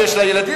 שיש לה ילדים,